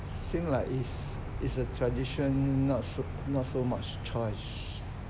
seem like is is a tradition not so not so much choice